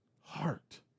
Heart